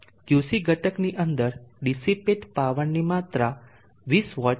QC ઘટકની અંદર dissipate પાવરની માત્રા 20 W છે